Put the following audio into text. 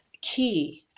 key